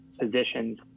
positions